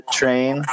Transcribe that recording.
train